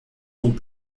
sont